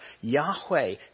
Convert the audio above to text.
Yahweh